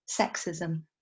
sexism